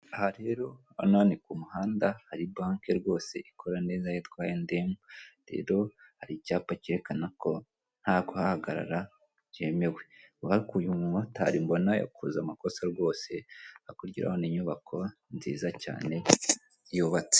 Aha rero ni kumuhanda hari banki rwose ikora neza yitwa ayi andi emi rero hari icyapa kerekana ko ntakuhahagarara byemewe ubona ko uyu mumotari mbona yakoze amakosa rwose hakurya urabona inyubako nziza cyane yubaytse.